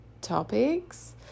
topics